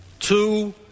two